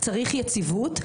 צריך יציבות.